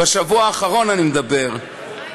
בשבוע האחרון, אני מדבר.